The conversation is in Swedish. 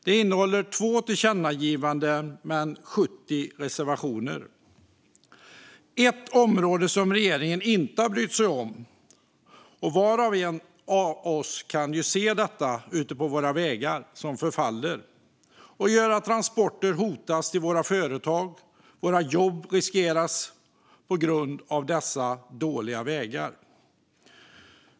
Det innehåller 2 tillkännagivanden och 70 reservationer. Ett område som regeringen inte har brytt sig om är något som var och en av oss kan se ute på våra vägar: Vägarna förfaller, och det gör att transporter till våra företag hotas. Våra jobb riskeras på grund av dessa dåliga vägar.